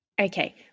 Okay